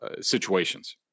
situations